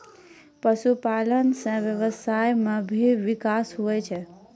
पशुपालन से व्यबसाय मे भी बिकास हुवै छै